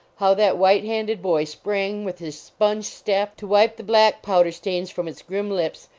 how that white-handed boy sprang with his sponge staff to wipe the black powder stains from its grim lips,